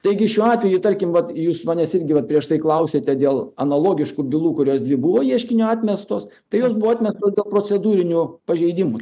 taigi šiuo atveju tarkim vat jūs manęs irgi vat prieš tai klausėte dėl analogiškų bylų kurios dvi buvo ieškinio atmestos tai jos buvo atmestos dėl procedūrinių pažeidimų